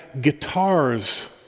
guitars